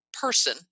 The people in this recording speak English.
person